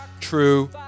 true